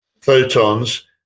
photons